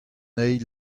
eil